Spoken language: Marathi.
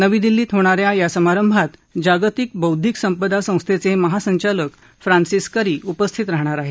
नवी दिल्लीत होणा या या समारंभात जागतिक बौद्धिक संपदा संस्थेचे महासंचालक फ्रान्सिस करी उपस्थित राहाणार आहेत